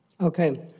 Okay